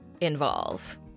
involve